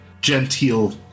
genteel